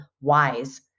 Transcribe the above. wise